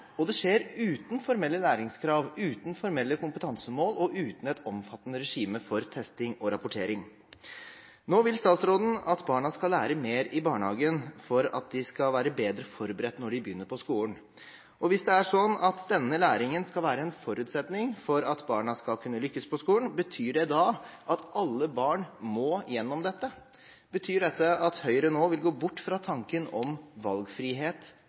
og det skjer uten formelle læringskrav, uten formelle kompetansemål og uten et omfattende regime for testing og rapportering. Nå vil statsråden at barna skal lære mer i barnehagen for at de skal være bedre forberedt når de begynner på skolen. Hvis det er sånn at denne læringen skal være en forutsetning for at barna skal kunne lykkes på skolen, betyr det da at alle barn må gjennom dette? Betyr dette at Høyre nå vil gå bort fra tanken om valgfrihet